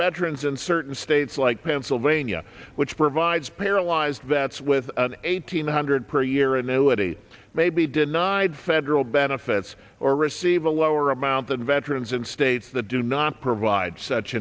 veterans in certain states like pennsylvania which provides paralyzed vets with an eight hundred per year annuity may be denied federal benefits or receive a lower amount than veterans and states that do not provide such